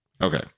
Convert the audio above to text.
Okay